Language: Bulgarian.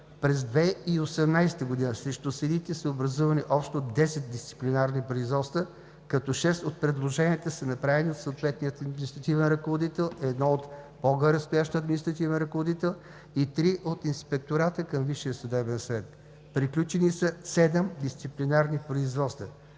През 2018 г. срещу съдиите са образувани общо 10 дисциплинарни производства, като 6 от предложенията са направени от съответния административен ръководител, едно от по-горестоящ административен ръководител и 3 от Инспектората към Висшия съдебен съвет. Приключени са 7 дисциплинарни производства.